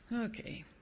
Okay